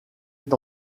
est